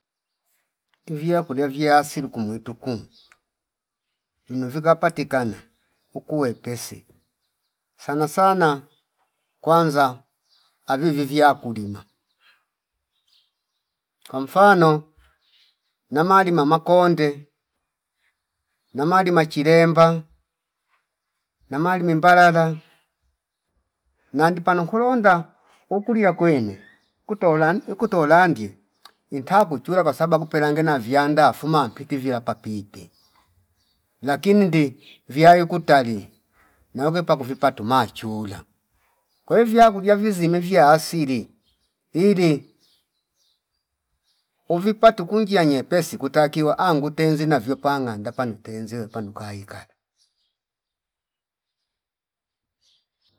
Ivi akula vya asili kumwituku kuno vikapatikana uku wepesi sana sana kwanza avivi ivya kulima kwa mfano namalima makonde namalima chilemba namalimi mbalala nandi pano kulonda ukuli yakwene kutolan ikutolandie intagu chula kwasababu pela ngena viyanda afuma mpiti viya papipe lakini ndi viya ikutali nayokwe pakuvipa tumachula kwe viyakulia visime vya asili ili uvipatu kunjia nyepesi kutakiwa angutenzi navio panganda panu tenziwe panu kaika kali